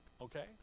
Okay